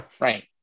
Right